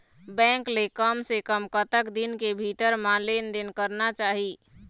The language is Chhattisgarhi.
बैंक ले कम से कम कतक दिन के भीतर मा लेन देन करना चाही?